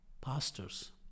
pastors